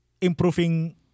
improving